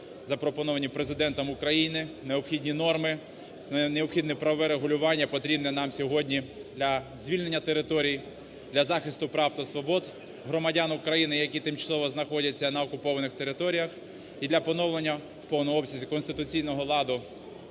запропоновані Президентом України, необхідні норми, необхідне правове регулювання, потрібне нам сьогодні для звільнення територій, для захисту прав та свобод громадян України, які тимчасово знаходяться на окупованих територіях, і для поновлення у повному обсязі конституційного ладу